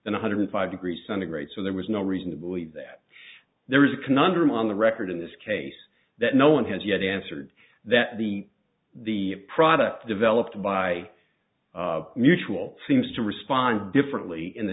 than one hundred five degrees centigrade so there was no reason to believe that there is a conundrum on the record in this case that no one has yet answered that the the product developed by mutual seems to respond differently in the